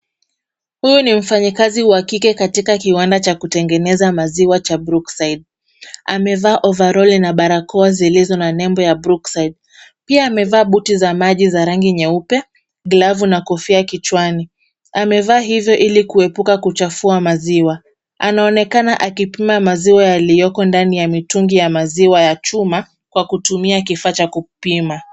Huyu ni mfanyakazi wa kike katika kiwanda acha kutengeneza maziwa cha Brookside. Amevaa ovaroli na barakoa zilizo na nembo ya Brookside. Pia amevaa buti za maji za rangi nyeupe, glavu na kofia kichwani. Amevaa hivyo ili kuepuka kuchafua maziwa. Anaonekana akipima maziwa yaliyoko ndani ya mitungi ya maziwa ya chuma kwa kutumia kifaa cha kupima.